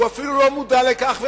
הוא אפילו לא מודע לכך,